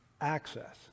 access